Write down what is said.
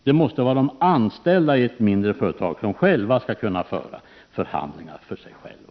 De anställda i ett mindre företag skall kunna föra förhandlingar för sig själva.